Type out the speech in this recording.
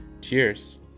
Cheers